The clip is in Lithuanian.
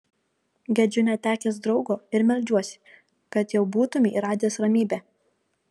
gedžiu netekęs draugo ir meldžiuosi kad jau būtumei radęs ramybę